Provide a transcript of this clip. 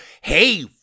hey